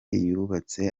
yubatse